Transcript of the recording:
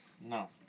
no